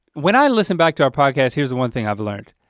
when i listen back to our podcast, here's the one thing i've learned,